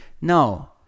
No